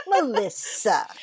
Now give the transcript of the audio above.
Melissa